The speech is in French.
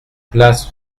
place